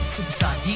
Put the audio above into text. Superstar